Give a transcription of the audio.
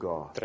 God